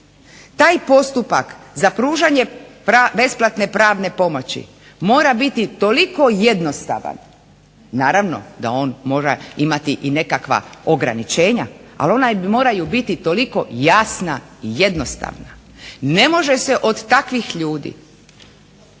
Taj postupak za pružanje besplatne pravne pomoći mora biti toliko jednostavan, naravno da on mora imati i nekakva ograničenja, ali ona moraju biti toliko jasna i jednostavna. Ne može se od takvih ljudi